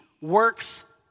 works